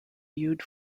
viewed